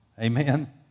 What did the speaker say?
Amen